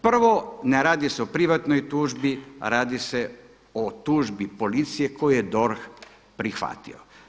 Prvo, ne radi se o privatnoj tužbi, radi se o tužbi policije koju je DORH prihvatio.